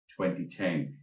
2010